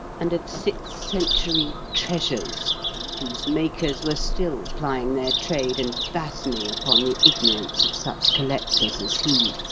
and of sixth-century treasures whose makers were still plying their trade and battening upon the ignorance of such collectors as he.